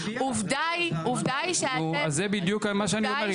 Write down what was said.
עובדה היא שאתם --- נו, זה בדיוק מה שאני אומר.